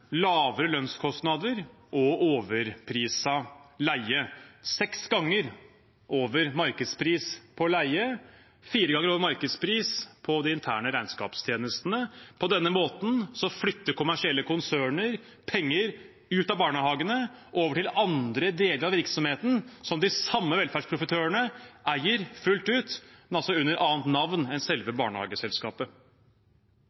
lavere lønnskostnader og overpriset leie – seks ganger over markedspris på leie, fire ganger over markedspris på de interne regnskapstjenestene. På denne måten flytter kommersielle konserner penger ut av barnehagene og over til andre deler av virksomheten, som de samme velferdsprofitørene eier fullt ut, men altså under et annet navn enn selve